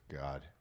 God